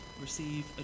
receive